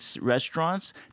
restaurants